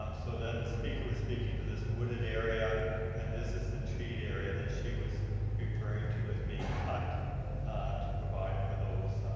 um so then the speaker was speaking to this wooded area and this is the treed area that she was referring to as being cut to provide for those